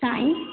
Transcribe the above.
साईं